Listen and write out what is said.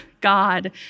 God